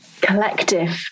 collective